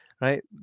Right